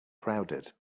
crowded